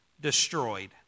destroyed